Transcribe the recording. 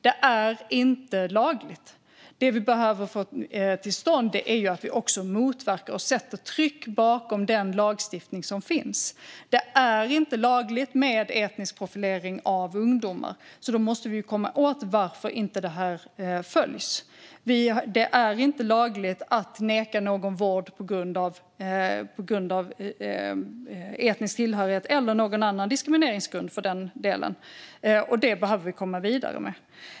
Det vi behöver få till stånd är ett tryck bakom den lagstiftning som finns. Det är inte lagligt med etnisk profilering av ungdomar, så då måste vi komma åt varför lagen inte följs. Det är inte lagligt att neka någon vård på grund av etnisk tillhörighet, eller av någon annan diskrimineringsgrund för den delen, och det behöver vi komma vidare med.